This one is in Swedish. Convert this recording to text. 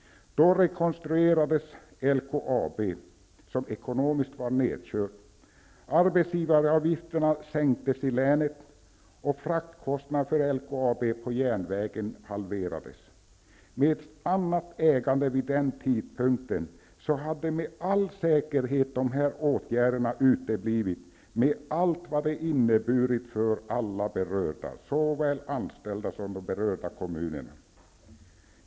Då rekonstruerades LKAB, som var nedkört ekonomiskt. Arbetsgivareavgifterna sänktes i länet, och fraktkostnaderna för LKAB på järnvägen halverades. Med andra ägarförhållanden vid den tidpunkten hade med all säkerhet dessa åtgärder uteblivit med allt vad detta skulle ha inneburit för alla berörda, såväl för de anställda som för kommunerna.